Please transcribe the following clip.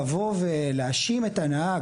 לבוא ולהאשים את הנהג,